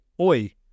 oi